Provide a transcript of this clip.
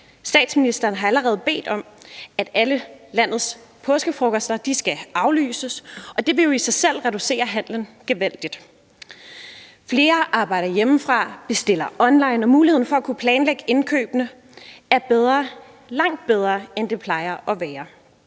Statsministeren har allerede bedt om, at alle landets påskefrokoster skal aflyses, og det vil jo i sig selv reducere handelen gevaldigt. Flere arbejder hjemmefra, bestiller online, og muligheden for at kunne planlægge indkøbene er langt bedre, end den plejer at være,